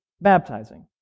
baptizing